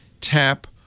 tap